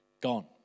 Gone